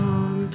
on